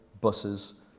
buses